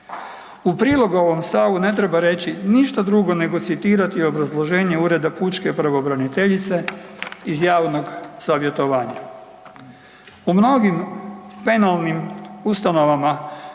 U prilog ovom stavu ne treba reći ništa drugo nego citirati obrazloženje Ureda pučke pravobraniteljice iz javnog savjetovanja. U mnogim penalnim ustanovama